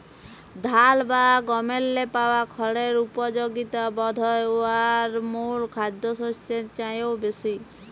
ধাল বা গমেল্লে পাওয়া খড়ের উপযগিতা বধহয় উয়ার মূল খাদ্যশস্যের চাঁয়েও বেশি